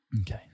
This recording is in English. Okay